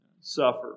suffer